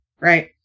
Right